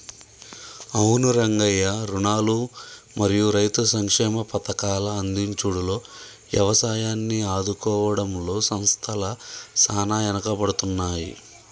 అవును రంగయ్య రుణాలు మరియు రైతు సంక్షేమ పథకాల అందించుడులో యవసాయాన్ని ఆదుకోవడంలో సంస్థల సాన ఎనుకబడుతున్నాయి